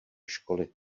školy